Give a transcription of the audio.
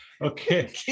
okay